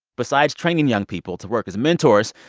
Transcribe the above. besides training young people to work as mentors,